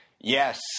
Yes